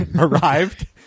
Arrived